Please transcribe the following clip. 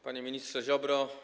Panie Ministrze Ziobro!